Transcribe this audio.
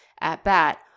at-bat